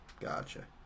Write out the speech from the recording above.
Gotcha